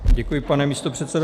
Děkuji, pane místopředsedo.